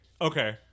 okay